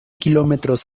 kilómetros